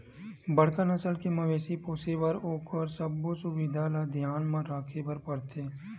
बड़का नसल के मवेशी पोसे बर ओखर सबो सुबिधा ल धियान म राखे बर परथे